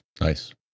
Nice